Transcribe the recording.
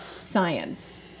science